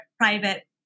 private